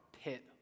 pit